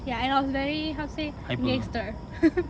ya and I was very how to say gangster